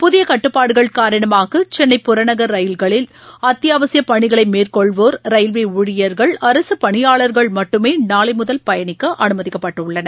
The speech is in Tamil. புதியகட்டுப்பாடுகள் காரணமாக சென்னை புறநகர் ரயில்களில் அத்தியாவசியப் பணிகளைமேற்கொள்வோர் ரயில்வேணழியர்கள் அரசுப்பணியாளர்கள் மட்டுமேநாளைமுதல் பயணிக்கஅனுமதிக்கப்பட்டுள்ளனர்